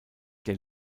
der